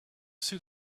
see